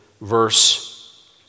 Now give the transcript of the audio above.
verse